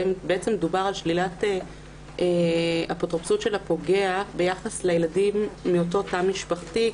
דובר על שלילת אפוטרופסות של הפוגע ביחס לילדים מאותו תא משפחתי.